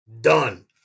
Done